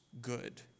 good